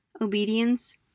Obedience